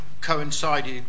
coincided